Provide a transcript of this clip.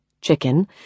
chicken